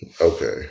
okay